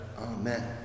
Amen